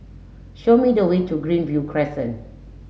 show me the way to Greenview Crescent